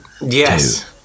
Yes